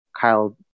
Kyle